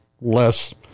less